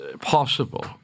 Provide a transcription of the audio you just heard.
possible